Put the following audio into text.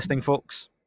folks